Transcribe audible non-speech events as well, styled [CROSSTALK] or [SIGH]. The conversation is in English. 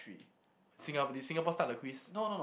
[NOISE] Singap~ did Singapore start the quiz